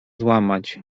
złamać